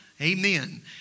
Amen